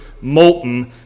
molten